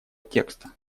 текста